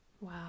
Wow